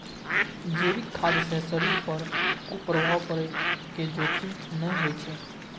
जैविक खाद्य सं शरीर पर कुप्रभाव पड़ै के जोखिम नै होइ छै